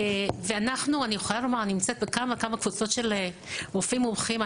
אני נמצאת בכמה וכמה קבוצות של רופאים מומחים,